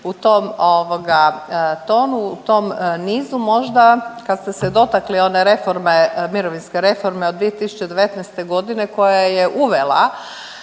u tom tonu, u tom nizu. Možda kad ste se dotakli one reforme, mirovinske reforme od 2019. godine koja je uvela